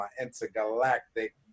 intergalactic